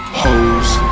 hoes